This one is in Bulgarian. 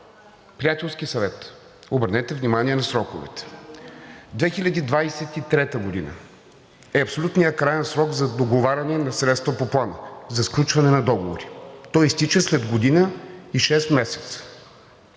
Приятелски съвет – обърнете внимание на сроковете! 2023 г. е абсолютният краен срок за договаряне на средства по Плана за сключване на договори, а той изтича след година и шест месеца.